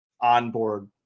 onboard